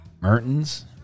Mertens